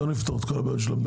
לא נפתור את כל הבעיות של המדינה.